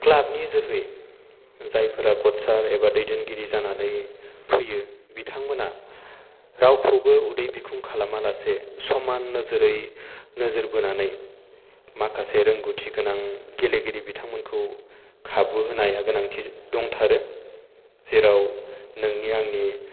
club नि जोहै जायफोरा खसार एबा दैदेनगिरि जानानै फैयो बिथांमोनहा रावखौबो उदै बिखं खालामा लासे समान नोजोरै नोजोर बोनानै माखासे रोंगौथि गोनां गेलेगिरि बिथांमोनखौ खाबु होनाया गोनांथि दंथारो जेराव नोंनि आंनि